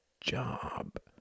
job